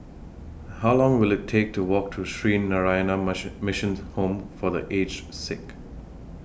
How Long Will IT Take to Walk to Sree Narayana Mission Mission's Home For The Aged Sick